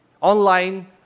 online